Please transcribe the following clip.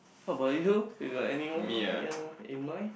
how about you you got anyone yea in mind